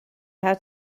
how